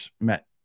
met